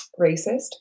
racist